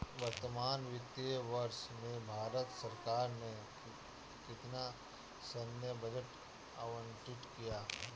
वर्तमान वित्तीय वर्ष में भारत सरकार ने कितना सैन्य बजट आवंटित किया?